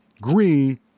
green